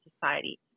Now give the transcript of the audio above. society